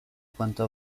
quanto